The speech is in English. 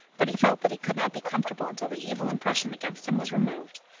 but he felt that he could not be comfortable until the evil impression against him was removed,